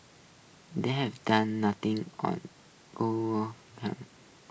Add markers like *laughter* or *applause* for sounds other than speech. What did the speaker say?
they've done nothing on *unintelligible*